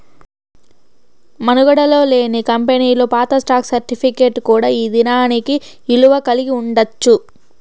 మనుగడలో లేని కంపెనీలు పాత స్టాక్ సర్టిఫికేట్ కూడా ఈ దినానికి ఇలువ కలిగి ఉండచ్చు